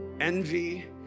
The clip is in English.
envy